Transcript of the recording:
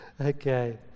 Okay